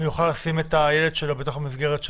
ויוכל לשים את הילד שלו בתוך המסגרת של